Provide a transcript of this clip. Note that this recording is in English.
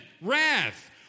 Wrath